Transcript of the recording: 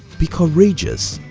be courageous.